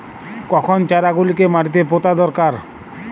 কখন চারা গুলিকে মাটিতে পোঁতা দরকার?